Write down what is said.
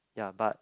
ya but